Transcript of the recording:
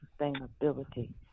Sustainability